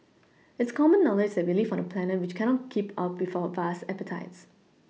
it's common knowledge that we live on a planet which cannot keep up with our vast appetites